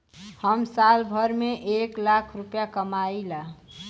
हम साल भर में एक लाख रूपया कमाई ला